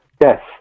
yes